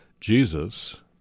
Jesus